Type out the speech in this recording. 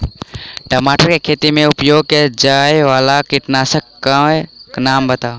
टमाटर केँ खेती मे उपयोग की जायवला कीटनासक कऽ नाम बताऊ?